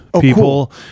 people